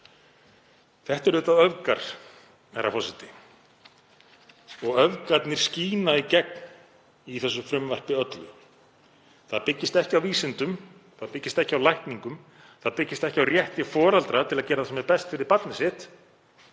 Þetta eru auðvitað öfgar, herra forseti, og öfgarnar skína í gegn í þessu frumvarpi öllu. Það byggist ekki á vísindum, það byggist ekki á lækningum, það byggist ekki á rétti foreldra til að gera það sem er best fyrir barnið